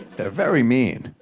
they're very mean.